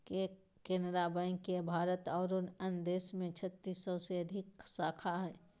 Canara bank के भारत आरो अन्य देश में छत्तीस सौ से अधिक शाखा हइ